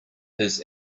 his